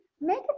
make